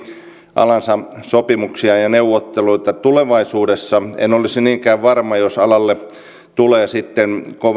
alansa sopimuksia ja neuvotteluita tulevaisuudessa en olisi niinkään varma jos alalle tulee sitten